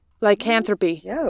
Lycanthropy